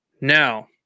now